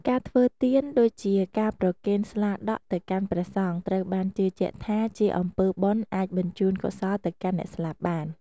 ការធ្វើទានដូចជា ការប្រគេនស្លាដក់ទៅកាន់ព្រះសង្ឃត្រូវបានជឿជាក់ថាជាអំពើបុណ្យអាចបញ្ជូនកុសលទៅកាន់អ្នកស្លាប់បាន។